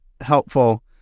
helpful